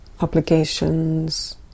obligations